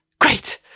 Great